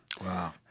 Wow